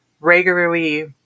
regularly